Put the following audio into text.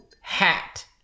hat